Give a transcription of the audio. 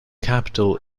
capital